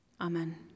Amen